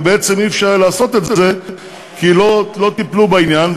ובעצם לא היה אפשר לעשות את זה כי לא טיפלו בעניין.